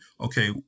okay